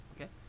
okay